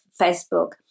Facebook